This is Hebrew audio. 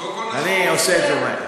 אני אעשה את זה מהר.